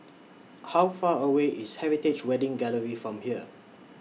How Far away IS Heritage Wedding Gallery from here